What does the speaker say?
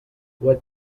what